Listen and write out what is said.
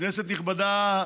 כנסת נכבדה,